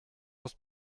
was